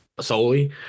solely